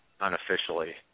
unofficially